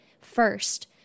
first